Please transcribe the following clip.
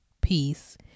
peace